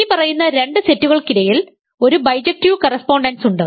ഇനിപ്പറയുന്ന രണ്ട് സെറ്റുകൾക്കിടയിൽ ഒരു ബൈജക്ടീവ് കറസ്പോണ്ടൻസ് ഉണ്ട്